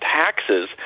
taxes